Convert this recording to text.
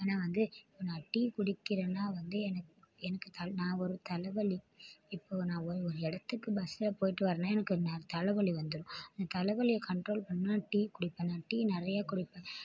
ஏன்னால் வந்து நான் டீ குடிக்கிறேன்னனா வந்து எனக்கு தலை நான் ஒரு தலைவலி இப்போது நான் ஒரு இடத்துக்கு பஸ்சில் போய்விட்டு வரேன்னால் எனக்கு தலை வலி வந்துவிடும் அந்த தலை வலியை கன்ரோல் பண்ணா டீ குடிப்பேன் டீ நிறையா குடிப்பேன்